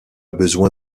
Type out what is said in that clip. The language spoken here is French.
besoin